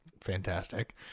Fantastic